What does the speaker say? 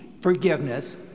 forgiveness